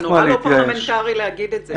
זה נורא לא פרלמנטרי להגיד את זה.